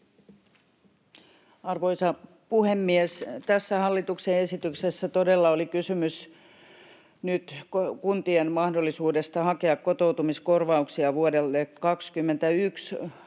Arvoisa puhemies! Tässä hallituksen esityksessä todella oli kysymys nyt kuntien mahdollisuudesta hakea kotoutumiskorvauksia vuodelle 21.